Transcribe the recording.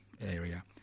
area